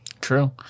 True